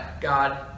god